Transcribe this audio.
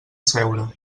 seure